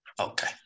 Okay